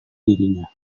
dirinya